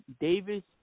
Davis